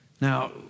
Now